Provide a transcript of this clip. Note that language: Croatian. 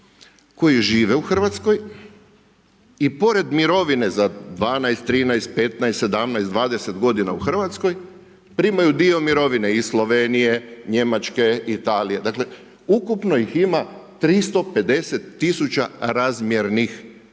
koji žive u RH i pored mirovine za 12, 13, 15, 17, 20 godina u RH primaju dio mirovine iz Slovenije, Njemačke, Italije. Dakle, ukupno ih ima 350 tisuća razmjernih mirovina